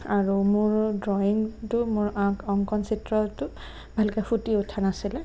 আৰু মোৰ দ্ৰয়িঙটো মোৰ অংকন চিত্ৰটো ভালকৈ ফুটি উঠা নাছিলে